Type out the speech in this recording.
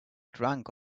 drunk